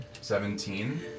Seventeen